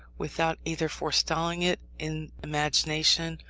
without either forestalling it in imagination,